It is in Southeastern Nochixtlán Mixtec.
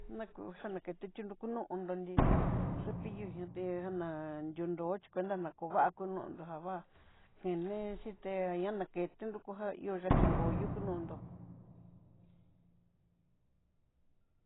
Nakuu jan naketetunro laku no'o nró nrí, epillo yuté janá nrunró xhi cuenta ñá kova'a kunondó java kuii né xhité ña naké tunrokojá ihó axhin ngoyó yuku nondó.